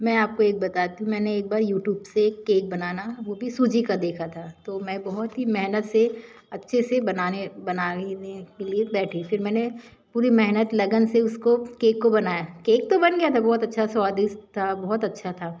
मैं आपको एक बताती हूँ मैंने एक बार यूटूब से केक बनाना वो भी सूजी का देखा था तो मैं बहुत ही मेहनत से अच्छे से बनाने बनाने के लिए बैठी फिर मैंने पूरी मेहनत लगन से उसको केक को बनाया केक तो बन गया था बहुत अच्छा स्वादिष्ट था बहुत अच्छा था